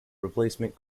replacement